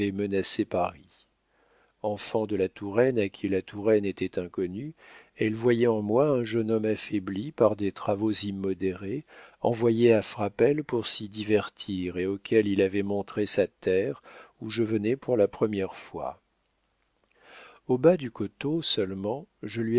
menacé paris enfant de la touraine à qui la touraine était inconnue elle voyait en moi un jeune homme affaibli par des travaux immodérés envoyé à frapesle pour s'y divertir et auquel il avait montré sa terre où je venais pour la première fois au bas du coteau seulement je